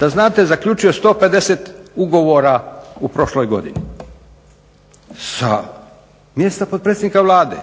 da znate zaključio 150 ugovora u prošloj godini sa mjesta potpredsjednika Vlade.